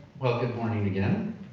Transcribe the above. well good morning again.